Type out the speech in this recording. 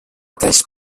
talls